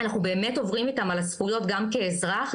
אנחנו באמת עוברים איתם על הזכויות גם כאזרח,